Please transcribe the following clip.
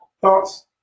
Thoughts